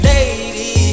Lady